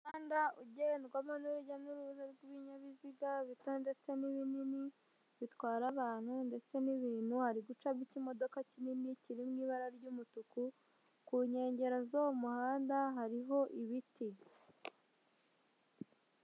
Umuhanda ugendwamo n'urujya n'uruza rw'ibinyabiziga bito ndetse n'ibinini, bitwara abantu ndetse n'ibintu haari gucamo ikimodoka kinini kiri mu ibara ry'umutuku, ku nkengero zo muri uwo muhanda hariho ibiti.